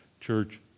church